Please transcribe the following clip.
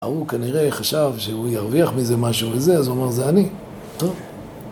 ההוא כנראה חשב שהוא ירוויח מזה משהו וזה, אז הוא אומר זה אני, טוב.